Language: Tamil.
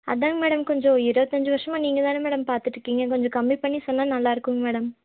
அதுதாங்க மேடம் கொஞ்சம் இருபத்தஞ்சி வருஷமாக நீங்கள்தான மேடம் பார்த்துட்ருக்கீங்க கொஞ்சம் கம்மி பண்ணி சொன்னால் நல்லாயிருக்கும் மேடம்